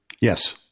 Yes